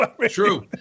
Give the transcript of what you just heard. True